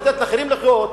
ולתת לאחרים לחיות,